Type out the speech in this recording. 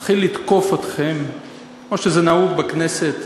אתחיל לתקוף אתכם כמו שזה נהוג בכנסת: